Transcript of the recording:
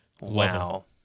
wow